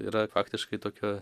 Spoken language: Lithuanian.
yra faktiškai tokio